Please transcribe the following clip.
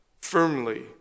firmly